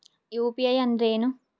UPI ಅಂದ್ರೆ ಏನು?